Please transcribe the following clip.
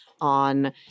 on